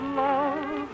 love